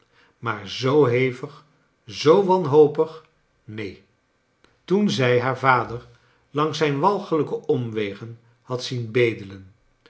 maar zoo hevig zoowanhopig neen toen zij haar vader langs zijn walgelijke omwegen had zien bedelen